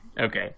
Okay